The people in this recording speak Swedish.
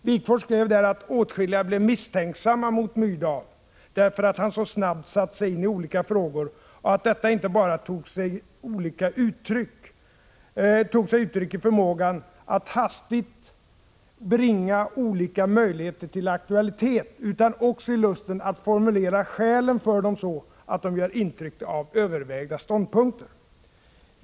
Wigforss skrev där att åtskilliga blev misstänksamma mot Myrdal, därför att han så snabbt satte sig in i olika frågor och att detta inte bara tog sig ”uttryck i förmågan att hastigt bringa olika möjligheter till aktualitet utan också i lusten att formulera skälen för dem så att de gör intryck av övervägda ståndpunkter”.